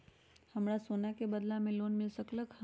हमरा सोना के बदला में लोन मिल सकलक ह?